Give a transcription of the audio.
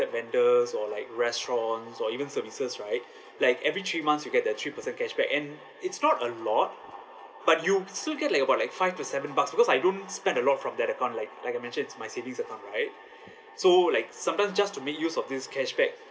vendors or like restaurants or even services right like every three months you get the three percent cashback and it's not a lot but you still get like about like five to seven bucks because I don't spend a lot from that account like like I mentioned it's my savings account right so like sometimes just to make use of this cashback